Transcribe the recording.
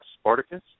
Spartacus